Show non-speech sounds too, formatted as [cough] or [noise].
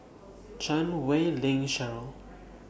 [noise] Chan Wei Ling Cheryl